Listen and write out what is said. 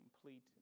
complete